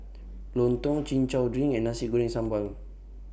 Lontong Chin Chow Drink and Nasi Goreng Sambal